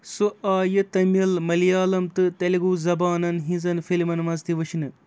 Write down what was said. سُہ آیہِ تٔمِل مٔلیالَم تہٕ تٮ۪لگوٗ زبانَن ہِنٛزَن فِلمن منٛز تہِ وٕچھنہٕ